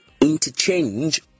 interchange